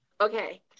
Okay